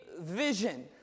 vision